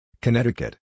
Connecticut